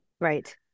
Right